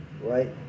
right